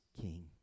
king